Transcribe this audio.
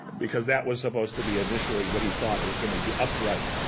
because that was supposed to be initially what he thought it was going to be upright.